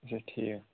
اچھا ٹھیٖک